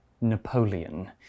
Napoleon